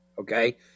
okay